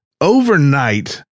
Overnight